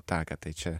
taką tai čia